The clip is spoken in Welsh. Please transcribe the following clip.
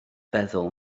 feddwl